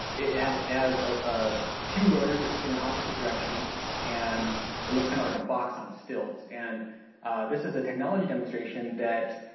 it has a two rotors that spin in opposite directions and it looks kind of like a box on stilts and this is a technology demonstration that